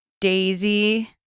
Daisy